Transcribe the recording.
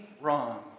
wrong